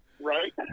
Right